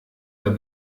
der